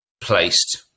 placed